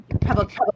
public